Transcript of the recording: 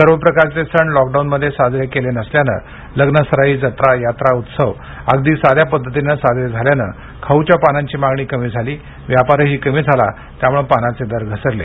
सर्व प्रकारचे सण लॉकडाऊनमध्ये साजरे केले नसल्याने लग्न सराई जत्रा यात्रा उत्सव अगदी साध्या पद्धतीने साजरे झाल्याने खाऊच्या पानाची मागणी कमी झाल्याने व्यापार ही कमी झाला त्यामुळे खाऊच्या पानाचे दर घसरले